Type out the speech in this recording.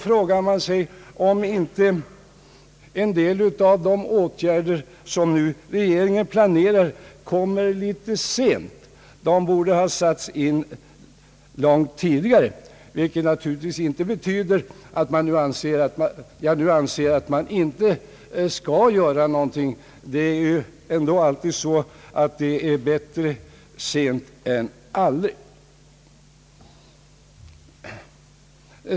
Frågan är då om inte en del av de åtgärder som regeringen nu planerar kommer litet sent. De borde ha satts in långt tidigare. Detta betyder naturligtvis inte att jag nu anser att ingenting skall göras. Det är ju ändå alltid så att det är bättre sent än aldrig.